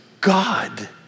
God